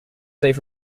saved